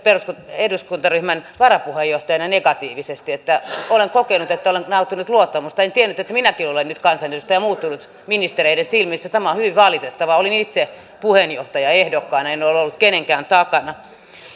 eduskuntaryhmän varapuheenjohtajana negatiivisesti olen kokenut että olen nauttinut luottamusta en tiennyt että minäkin olen nyt kansanedustajana muuttunut ministereiden silmissä tämä on hyvin valitettavaa olin itse puheenjohtajaehdokkaana en ole ollut kenenkään takana